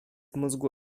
mózgu